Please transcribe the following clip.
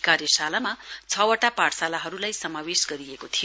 कार्यशालामा छ वटा पाठशालाहरूलाई समावेश गरिएको थियो